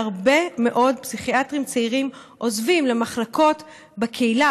הרבה מאוד פסיכיאטרים צעירים עוזבים למחלקות בקהילה.